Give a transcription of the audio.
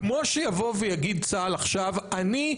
כמו שיבוא ויגיד צה"ל עכשיו אני,